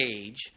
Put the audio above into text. age